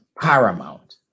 Paramount